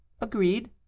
Agreed